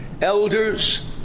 elders